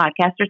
podcasters